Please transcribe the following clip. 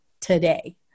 today